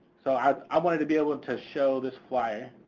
so i wanted to be able to show this flyer.